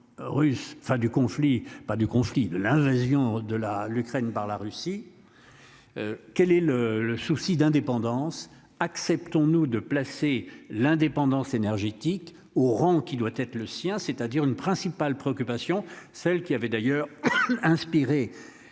du conflit. Pas du conflit l'invasion. De la l'Ukraine par la Russie. Quel est le le souci d'indépendance acceptons-nous de placer l'indépendance énergétique au rang qui doit être le sien, c'est-à-dire une principale préoccupation, celle qui avait d'ailleurs inspiré.